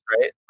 right